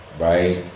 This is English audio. Right